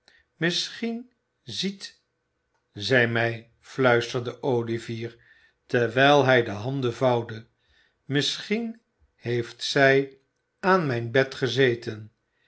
misschien ziet zij mij fluisterde olivier terwijl hij de handen vouwde misschien heeft zij aan mijn bed gezeten